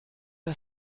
der